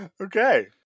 Okay